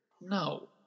No